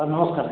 sir ନମସ୍କାର